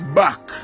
back